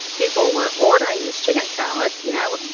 people were ordering this chicken salad, you know?